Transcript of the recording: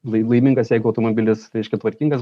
lai laimingas jeigu automobilis reiškia tvarkingas